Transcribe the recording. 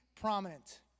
prominent